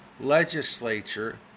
legislature